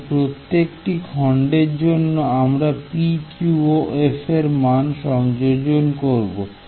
তাই প্রত্যেকটি খণ্ডের জন্য আমরা pq ও f এর মান সংযোজন করব